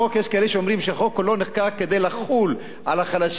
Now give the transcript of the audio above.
יש כאלה שאומרים שהחוק כולו נחקק כדי לחול על החלשים.